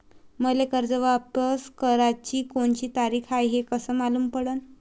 मले कर्ज वापस कराची कोनची तारीख हाय हे कस मालूम पडनं?